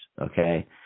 Okay